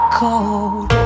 cold